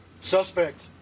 suspect